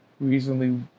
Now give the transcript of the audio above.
recently